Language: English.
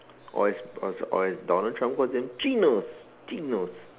or as or as or as Donald Trump calls them chinos chinos